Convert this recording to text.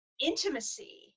intimacy